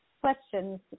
questions